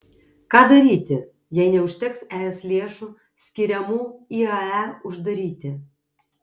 ką daryti jei neužteks es lėšų skiriamų iae uždaryti